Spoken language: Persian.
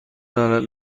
دارد